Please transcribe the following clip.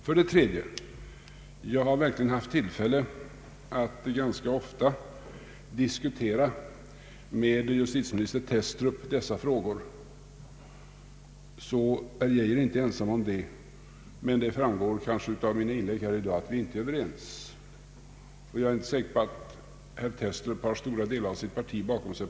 För det tredje: Jag har verkligen haft tillfälle att med justitieminister Thestrup ganska ofta diskutera dessa frågor, så herr Geijer är inte ensam om det. Men det framgår kanske av mina inlägg i dag att vi inte är överens, och jag är inte säker på att herr Thestrup har stora delar av sitt parti bakom sig.